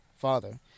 father